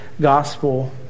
gospel